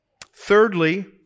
Thirdly